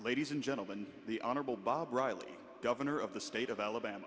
ladies and gentlemen the honorable bob riley governor of the state of alabama